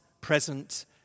present